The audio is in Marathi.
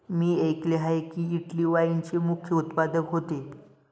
मी ऐकले आहे की, इटली वाईनचे मुख्य उत्पादक होते